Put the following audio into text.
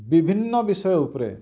ବିଭିନ୍ନ ବିଷୟ ଉପ୍ରେ